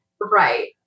Right